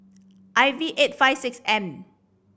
I V eight five six M